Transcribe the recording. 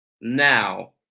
now